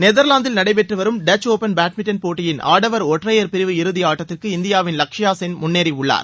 நெத்லாந்தில் நடைபெற்று வரும் Dutch Open badminton போட்டியின் ஆடவர் ஒற்றையர் பிரிவு இறுதியாட்டத்திற்கு இந்தியாவின் லக்ஷயா சென் முன்னேறியுள்ளார்